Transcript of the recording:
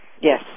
Yes